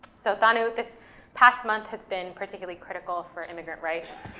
so thanu, with this past month has been particularly critical for immigrant rights.